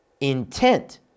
intent